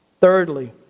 Thirdly